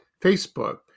Facebook